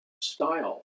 style